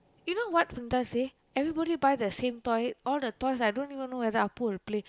you know what Punitha say everybody buy the same toy all the toys I don't even know whether Appu will play